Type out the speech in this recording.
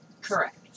Correct